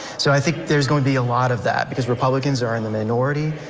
so i think there's going to be a lot of that because republicans are in the minority,